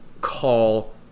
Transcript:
call